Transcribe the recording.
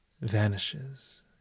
vanishes